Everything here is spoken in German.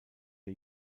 der